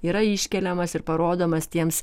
yra iškeliamas ir parodomas tiems